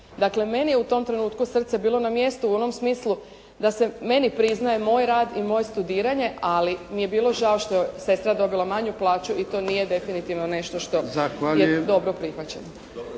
Dakle meni je u tom trenutku srce bilo na mjestu u onom smislu da se meni priznaje moj rad i moje studiranje, ali mi je bilo žao što je sestra dobila manju plaću i to nije definitivno nešto što je dobro prihvaćeno.